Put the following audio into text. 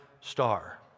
star